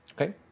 Okay